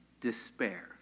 despair